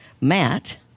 Matt